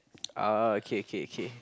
ah okay okay okay